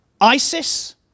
ISIS